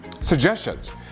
suggestions